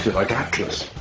like atlas.